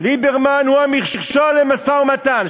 ליברמן הוא המכשול למשא-ומתן?